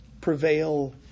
prevail